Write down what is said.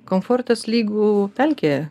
komfortas lygu pelkė